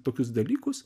tokius dalykus